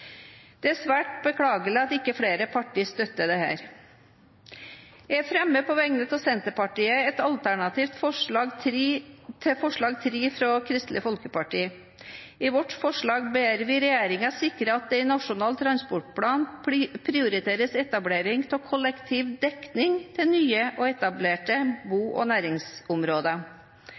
Det er svært beklagelig at ikke flere partier støtter dette. Jeg fremmer på vegne av Senterpartiet et alternativ til forslag nr. 3, fra Kristelig Folkeparti. I vårt forslag ber vi regjeringen sikre at det i Nasjonal transportplan prioriteres etablering av kollektivdekning til nye og etablerte bo- og næringsområder,